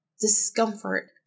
discomfort